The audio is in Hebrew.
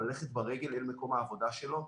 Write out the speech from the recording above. ללכת ברגל אל מקום העבודה שלו,